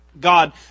God